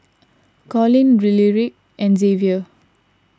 Collin Lyric and Xavier